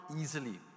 easily